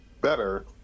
better